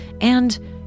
and—